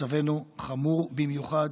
מצבנו חמור במיוחד.